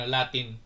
Latin